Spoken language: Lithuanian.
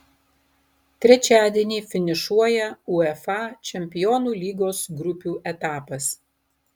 trečiadienį finišuoja uefa čempionų lygos grupių etapas